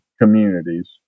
communities